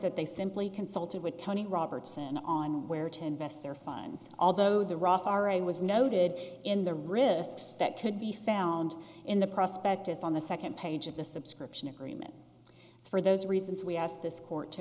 that they simply consulted with tony robertson on where to invest their fines although the raffarin was noted in the risks that could be found in the prospect is on the second page of the subscription agreement for those reasons we asked this court to